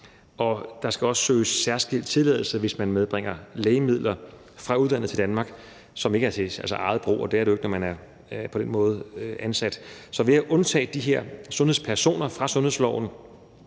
og der skal også søges særskilt tilladelse, hvis man medbringer lægemidler fra udlandet til Danmark, som ikke er til eget brug, og det er det jo ikke, når man på den måde er ansat. Så ved at undtage de her sundhedspersoner fra sundhedsloven,